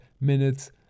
minutes